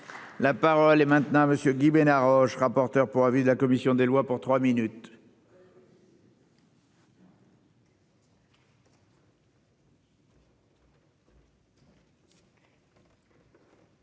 La parole est maintenant à monsieur Guy Bénard Roche, rapporteur pour avis de la commission des lois pour 3 minutes.